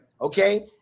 Okay